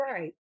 Right